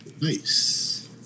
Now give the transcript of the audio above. Nice